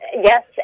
Yes